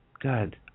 Good